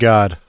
God